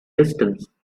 distance